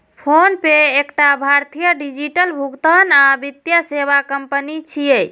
PhonePe एकटा भारतीय digital भुगतान आ वित्तीय सेवा कंपनी छियै